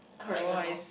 correct on lor